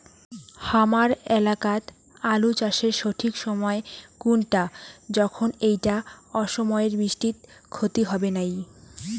হামার এলাকাত আলু চাষের সঠিক সময় কুনটা যখন এইটা অসময়ের বৃষ্টিত ক্ষতি হবে নাই?